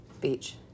Beach